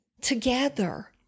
together